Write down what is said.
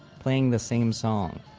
playing the same song.